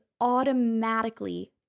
automatically